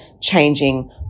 Changing